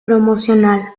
promocional